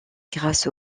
grâce